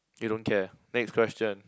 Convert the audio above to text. you don't care next question